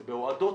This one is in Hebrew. זה בהועדות,